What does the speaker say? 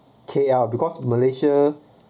K_L because malaysia